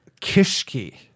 Kishki